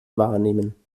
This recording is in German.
wahrnehmen